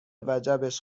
وجبش